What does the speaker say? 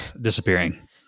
disappearing